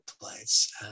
place